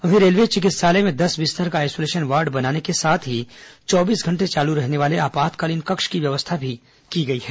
वहीं रेलवे चिकित्सालय में दस बिस्तर का आइसोलेशन वार्ड बनाने के साथ ही चौबीस घंटे चालू रहने वाले आपातकालीन कक्ष की व्यवस्था भी की गई है